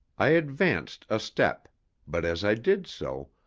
i advanced a step but, as i did so,